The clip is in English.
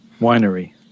winery